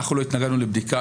אנחנו לא התנגדנו לבדיקה.